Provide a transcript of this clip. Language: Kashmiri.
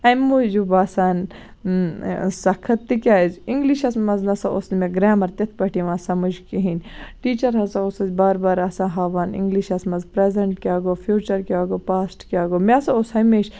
اَمہِ موٗجوٗب باسان سَخت تِکیٛازِ اِنگلِشس منٛز اوس نہٕ مےٚ گریمَر تِتھٕ پٲٹھۍ یِوان سَمجھ کِہیٖنٛۍ ٹیٖچر ہسا اوس اَسہِ بار بار آسان ہاوان اِنگلِشس منٛز پرٛیزنٛٹ کیٛاہ گوٚو فوٗچر کیٛاہ گوٚو پاسٹ کیٛاہ گوٚو مےٚ ہسا اوس ہَمیشہٕ